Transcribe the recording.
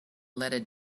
letter